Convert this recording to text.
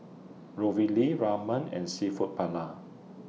Ravioli Ramen and Seafood Paella